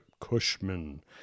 Cushman